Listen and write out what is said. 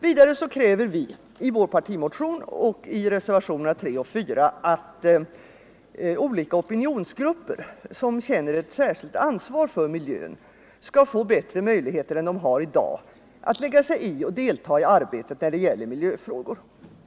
Vidare kräver vi i vår partimotion och i reservationerna 3 och 4 att olika opinionsgrupper som känner ett särskilt ansvar för miljön skall få bättre möjligheter än de har i dag att lägga sig i och delta i arbetet när det gäller miljöfrågor.